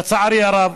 לצערי הרב.